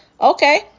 Okay